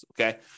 okay